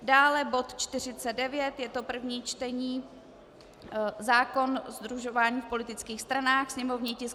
Dále bod 49, je to první čtení zákon sdružování v politických stranách sněmovní tisk 569.